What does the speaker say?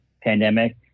pandemic